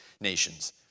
nations